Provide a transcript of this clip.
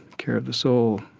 care of the soul,